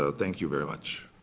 ah thank you very much.